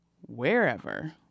wherever